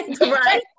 Right